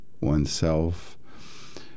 oneself